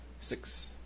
six